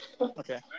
Okay